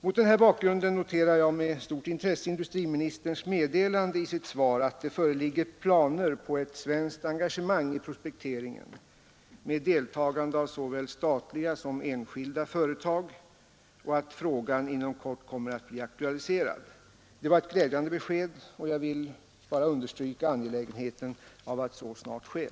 Mot den bakgrunden noterar jag med stort intresse industriministerns meddelande i sitt svar att det föreligger planer på ett svenskt engagemang i prospekteringen med deltagande av såväl statliga som enskilda företag samt att frågan inom kort kommer att bli aktualiserad. Det var ett glädjande besked, och jag vill bara understryka angelägenheten av att så snart sker.